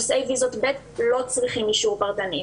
נושאי ויזות ב' לא צריכים את האישור הפרטני.